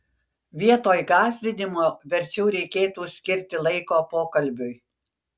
vietoj gąsdinimo verčiau reikėtų skirti laiko pokalbiui